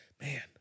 man